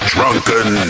Drunken